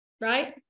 right